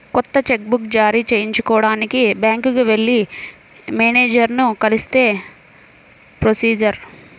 కొత్త cheque book జారీ చేయించుకోడానికి బ్యాంకుకి వెళ్లి మేనేజరుని కలిస్తే ప్రొసీజర్